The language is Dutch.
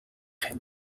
geen